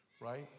right